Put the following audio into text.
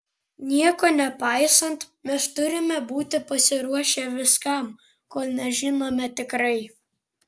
nieko nepaisant mes turime būti pasiruošę viskam kol nežinome tikrai